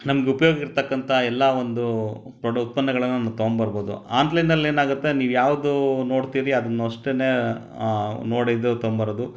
ನಮ್ಗೆ ಉಪಯೋಗ ಇರ್ತಕ್ಕಂಥ ಎಲ್ಲ ಒಂದು ಪ್ರೊಡೊ ಉತ್ಪನ್ನಗಳನ್ನು ತಗೊಂಡ್ಬರ್ಬೋದು ಆನ್ಲೈನಲ್ಲಿ ಏನಾಗುತ್ತೆ ನೀವು ಯಾವುದು ನೋಡ್ತೀರಿ ಅದನ್ನ ಅಷ್ಟನ್ನೇ ನೋಡಿ ಇದು ತಗೊಂಡ್ಬರೋದು